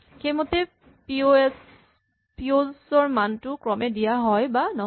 সেইমতেই পিঅ'ছ ৰ মানটো ক্ৰমে দিয়া হয় বা নহয়